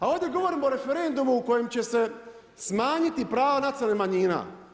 A ovdje govorimo o referendumu kojim će se smanjiti pravo nacionalnih manjina.